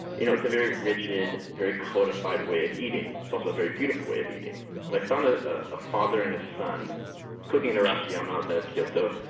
you know it's a very rigid, very codified way of eating. it's also a very beautiful way of eating i found a a father and a son cooking in arashiyama outside of kyoto,